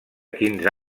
quinze